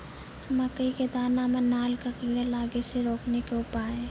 मकई के दाना मां नल का कीड़ा लागे से रोकने के उपाय?